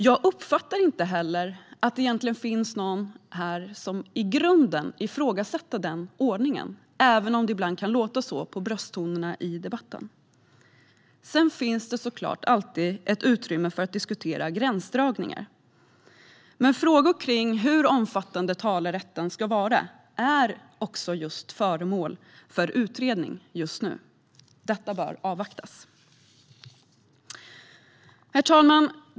Jag uppfattar inte heller att det finns någon här som i grunden ifrågasätter den ordningen, även om det ibland kan låta så på brösttonerna i debatten. Sedan finns såklart alltid ett utrymme för att diskutera gränsdragningar. Frågor om hur omfattande talerätten ska vara är också föremål för utredning just nu. Den bör avvaktas. Herr talman!